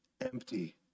empty